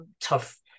tough